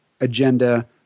agenda